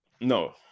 no